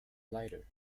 lighter